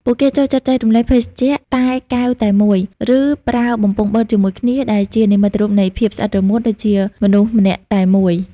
ពួកគេចូលចិត្តចែករំលែកភេសជ្ជៈតែកែវតែមួយ ឬប្រើបំពង់បឺតជាមួយគ្នា ដែលជានិមិត្តរូបនៃភាពស្អិតរមួតដូចជាមនុស្សម្នាក់តែមួយ។